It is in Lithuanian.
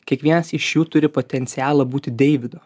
kiekvienas iš jų turi potencialo būti deividu